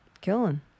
Killing